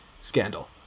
scandal